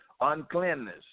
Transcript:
uncleanness